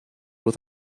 with